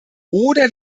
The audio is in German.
oder